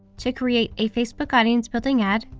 to create a facebook audience building ad,